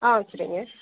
ஆ சரிங்க